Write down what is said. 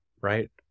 right